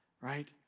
right